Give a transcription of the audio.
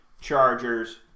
Chargers